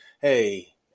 hey